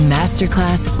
Masterclass